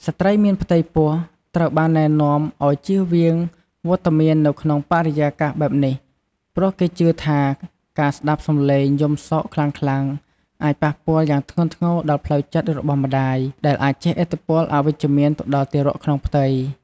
ស្ត្រីមានផ្ទៃពោះត្រូវបានណែនាំឲ្យជៀសវាងវត្តមាននៅក្នុងបរិយាកាសបែបនេះ ព្រោះគេជឿថាការស្តាប់ឮសំឡេងយំសោកខ្លាំងៗអាចប៉ះពាល់យ៉ាងធ្ងន់ធ្ងរដល់ផ្លូវចិត្តរបស់ម្តាយ ដែលអាចជះឥទ្ធិពលអវិជ្ជមានទៅដល់ទារកក្នុងផ្ទៃ។